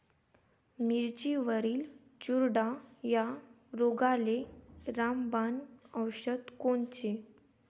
मिरचीवरील चुरडा या रोगाले रामबाण औषध कोनचे?